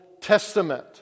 Testament